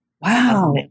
Wow